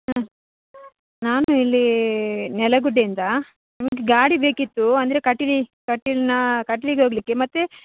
ಹ್ಞೂ ನಾನು ಇಲ್ಲಿ ನೆಲಗುಡ್ಡೆಯಿಂದ ನಮಗೆ ಗಾಡಿ ಬೇಕಿತ್ತು ಅಂದರೆ ಕಟಿ ಕಟೀಲನ್ನು ಕಟಿಲಿಗೆ ಹೋಗ್ಲಿಕ್ಕೆ ಮತ್ತು